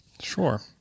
Sure